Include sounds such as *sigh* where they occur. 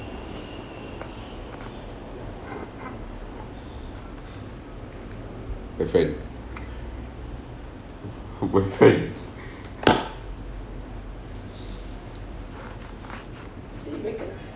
girlfriend who boyfriend *laughs*